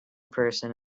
person